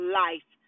life